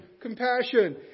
compassion